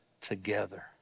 together